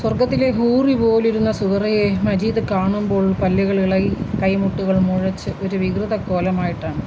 സ്വർഗ്ഗത്തിലെ ഹൂറി പോലിരുന്ന സുഹറയെ മജീദ് കാണുമ്പോൾ പല്ലുകളിളകി കൈമുട്ടുകൾ മുഴച്ച് ഒരു വികൃതക്കോലമായിട്ടാണ്